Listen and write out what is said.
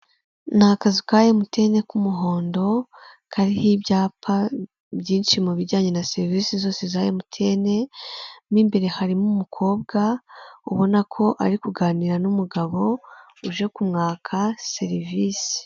Ni akazu ka emutiyene k'umuhondo, kariho ibyapa byinshi mu bijyanye na serivisi zose za emutiyene, mo imbere harimo umukobwa, ubona ko ari kuganira n'umugabo uje kumwaka serivisi.